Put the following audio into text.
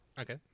Okay